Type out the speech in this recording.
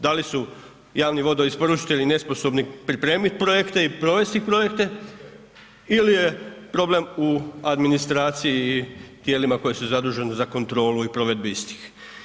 Da li javni vodoisporučitelji nesposobni pripremit projekte i provesti projekte ili je problem u administraciji i tijelima koji su zaduženi za kontrolu i provedbu istih?